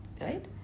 Right